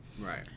Right